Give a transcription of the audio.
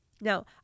Now